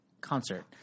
concert